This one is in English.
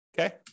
okay